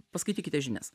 paskaitykite žinias